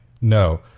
no